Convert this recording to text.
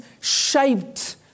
shaped